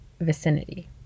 vicinity